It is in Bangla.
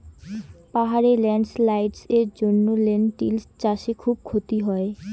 পাহাড়ে ল্যান্ডস্লাইডস্ এর জন্য লেনটিল্স চাষে খুব ক্ষতি হয়